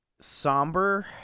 somber